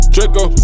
Draco